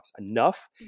enough